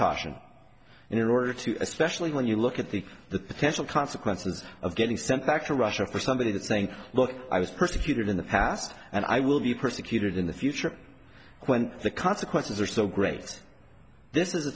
caution in order to especially when you look at the the potential consequences of getting sent back to russia for somebody saying look i was persecuted in the past and i will be persecuted in the future when the consequences are so great this is a